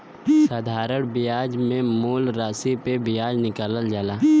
साधारण बियाज मे मूल रासी पे बियाज निकालल जाला